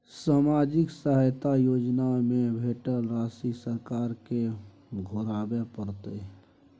सामाजिक सहायता योजना में भेटल राशि सरकार के घुराबै परतै?